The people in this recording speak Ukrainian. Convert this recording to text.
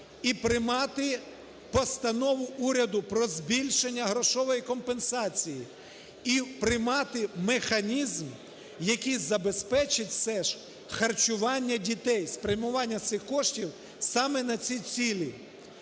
і приймати Постанову Уряду про збільшення грошової компенсації, і приймати механізм, який забезпечить все ж харчування дітей, спрямування цих коштів саме на ці цілі.